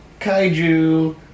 kaiju